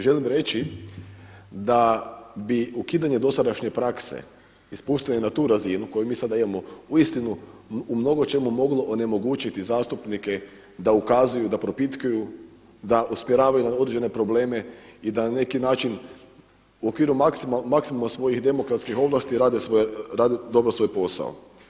Želim reći da bi ukidanje dosadašnje prakse ispustili na tu razinu koju mi sada imamo uistinu u mnogo čemu moglo onemogućiti zastupnike da ukazuju, da propitkuju, da usmjeravaju na određene probleme i da na neki način u okviru maksimuma svojih demokratskih ovlasti rade dobro svoj posao.